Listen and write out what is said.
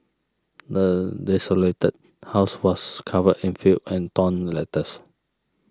the desolated house was covered in filth and torn letters